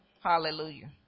Hallelujah